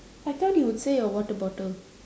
I thought you would say your water bottle